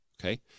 Okay